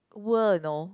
world know